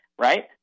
right